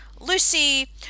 lucy